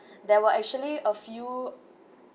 there were actually a few